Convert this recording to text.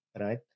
right